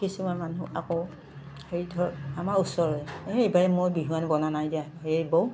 কিছুমান মানুহ আকৌ হেৰি ধৰক আমাৰ ওচৰৰে এই এইবাৰ মই বিহুৱান বনোৱা নাই দিয়া হেৰি বৌ